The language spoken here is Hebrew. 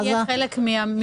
השפד"ן יהיה חלק ממקורות?